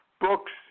books